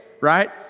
right